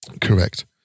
Correct